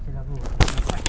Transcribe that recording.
mampus